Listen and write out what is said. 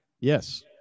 Yes